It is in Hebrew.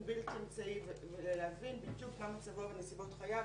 בלתי אמצעי ולהבין בדיוק מה מצבו ואת נסיבות חייו.